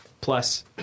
plus